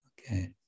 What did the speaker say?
Okay